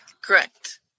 Correct